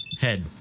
Head